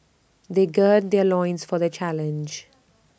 they gird their loins for the challenge